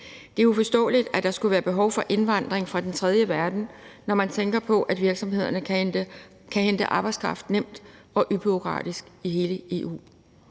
Det er uforståeligt, at der skulle være behov for indvandring fra den tredje verden, når man tænker på, at virksomhederne kan hente arbejdskraft nemt og ubureaukratisk i hele EU.